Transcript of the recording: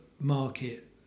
market